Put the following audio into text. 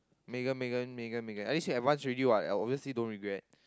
Megan Megan Megan Megan advanced already I obviously don't regret